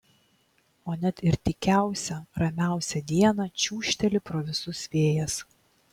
o net ir tykiausią ramiausią dieną čiūžteli pro visus vėjas